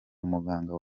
umuganga